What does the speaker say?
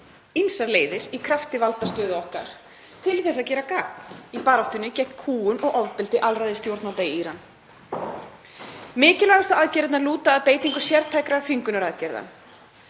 ýmsar leiðir í krafti valdastöðu okkar til að gera gagn í baráttunni gegn kúgun og ofbeldi alræðisstjórnvalda í Íran. Mikilvægustu aðgerðirnar lúta að beitingu sértækra þvingunaraðgerða.